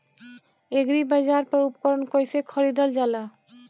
एग्रीबाजार पर उपकरण कइसे खरीदल जाला?